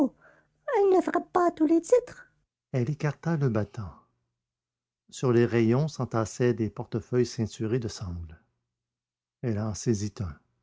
elle ne frappe pas tous les titres elle écarta le battant sur les rayons s'entassaient des portefeuilles ceinturés de sangles elle en